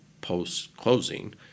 post-closing